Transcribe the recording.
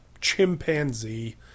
chimpanzee